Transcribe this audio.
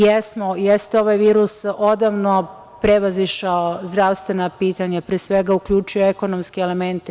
Jeste ovaj virus odavno prevazišao zdravstvena pitanja, pre svega uključuje ekonomske elemente.